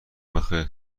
بخیر